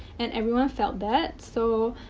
and, everyone felt that. so,